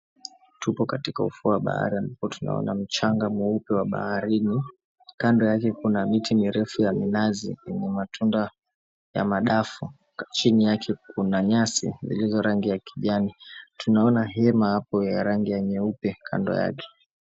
Tupo katika ufuo wa bahari ambapo tunaona mchanga mweupe wa baharini. Kando yake kuna miti mirefu ya minazi yenye matunda ya madafu. Chini yake kuna nyasi zilizo rangi ya kijani. Tunaona hema hapo ya rangi ya nyeupe kando yake.